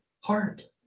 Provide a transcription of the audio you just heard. heart